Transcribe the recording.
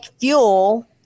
fuel